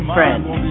Friends